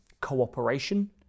cooperation